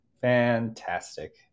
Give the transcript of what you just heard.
Fantastic